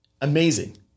Amazing